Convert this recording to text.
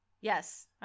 Yes